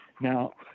Now